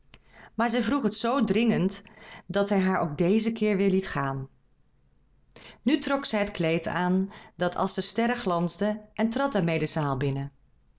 maar zij vroeg het zoo dringend dat hij haar ook deze keer weer liet gaan nu trok zij het kleed aan dat als de sterren glansde en trad daarmee de zaal binnen